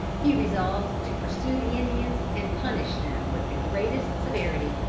he resolved to pursue the indians and punish them with the greatest severity.